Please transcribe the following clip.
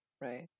right